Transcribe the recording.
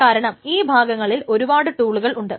കാരണം ഈ ഭാഗങ്ങളിൽ ഒരുപാട് ടൂളുകൾ ഉണ്ട്